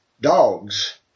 dogs